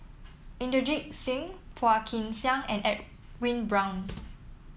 Inderjit Singh Phua Kin Siang and Edwin Brown